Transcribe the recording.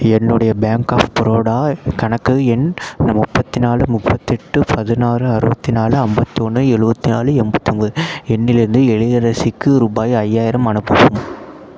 என்னுடைய bank of Baroda கணக்கு எண் முப்பத்தி நாலு முப்பத்தெட்டு பதினாறு அறுபத்தி நாலு ஐம்பத்தொன்னு எழுவத்தி நாலு எண்பத்தொம்போது எண்ணிலிருந்து எழிலரசிக்கு ரூபாய் ஐயாயிரம் அனுப்பவும்